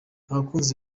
abakunzi